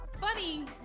funny